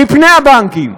מפני הבנקים.